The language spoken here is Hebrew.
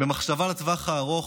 במחשבה לטווח הארוך,